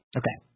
okay